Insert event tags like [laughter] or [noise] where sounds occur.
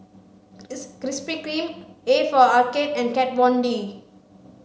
[unintelligible] Krispy Kreme A for Arcade and Kat Von D